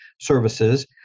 services